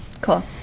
Cool